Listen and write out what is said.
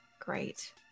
great